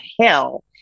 hell